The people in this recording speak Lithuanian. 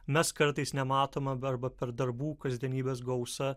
mes kartais nematom arba per darbų kasdienybės gausą